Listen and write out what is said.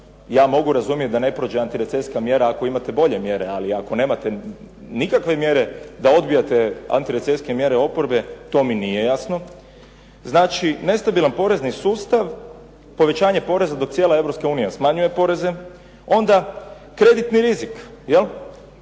Ja mogu razumjeti da ne prođe antirecesijska mjera ako imate bolje mjere, ali ako nemate nikakve mjere da odbijate antirecesijske mjere oporbe to mi nije jasno. Znači nestabilan porezni sustav, povećanje poreza dok cijela Europska unija smanjuje poreze. Onda kreditni rizik. Nama